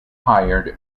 hired